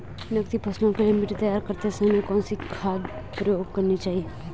नकदी फसलों के लिए मिट्टी तैयार करते समय कौन सी खाद प्रयोग करनी चाहिए?